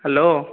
hello